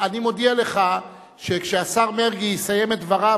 אני מודיע לך שכשהשר מרגי יסיים את דבריו,